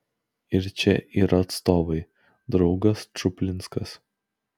ir čia yra atstovai draugas čuplinskas